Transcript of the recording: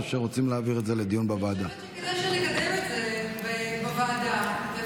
או שרוצים להעביר את זה לדיון בוועדה?